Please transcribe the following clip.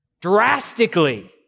drastically